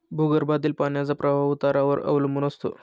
भूगर्भातील पाण्याचा प्रवाह उतारावर अवलंबून असतो